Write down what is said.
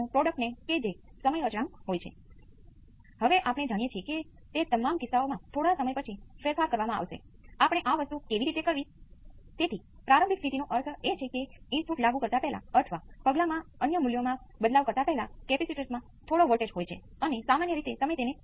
તેથી જટિલ એક્સ્પોનેન્સિયલ મેળવવા માટે કોસ અને સાઇનને સુપરપોઝ કરવાની આ એક રીત છે અને સામાન્ય રીતે જટિલ એક્સ્પોનેન્સિયલનો ઉકેલ સરળ છે સાઇનુંસોઇડલના ઉકેલોની બીજગણિતની રીતે સરખામણી કરતાં